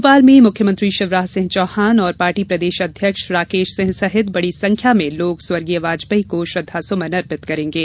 भोपाल में मुख्यमंत्री शिवराज सिंह चौहान और पार्टी प्रदेश अध्यक्ष राकेश सिंह सहित बड़ी संख्या में लोग स्वर्गीय वाजपेयी को श्रद्वासुमन अर्पित करेंगे